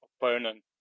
opponent